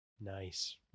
Nice